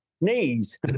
knees